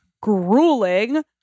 grueling